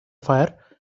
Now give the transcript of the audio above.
fire